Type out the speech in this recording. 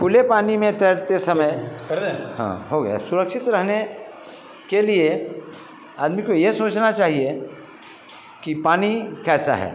खुले पानी में तैरते समय हाँ हो गया सुरक्षित रहने के लिए आदमी को यह सोचना चाहिए कि पानी कैसा है